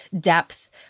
depth